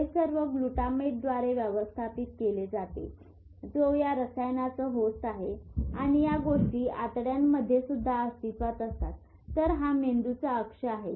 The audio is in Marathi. हे सर्व ग्लूटामेटद्वारे व्यवस्थापित केले जाते जो या रसायनांचे होस्ट आहे आणि या गोष्टी आतड्यांमध्ये सुद्धा अस्तित्वात असतात तर हा मेंदूचा अक्ष आहे